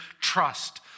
trust